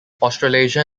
australasia